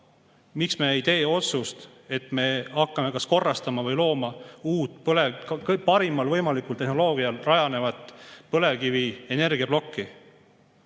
miks me ei tee otsust, et me hakkame korrastama või looma uut, parimal võimalikul tehnoloogial rajanevat põlevkivienergiaplokki.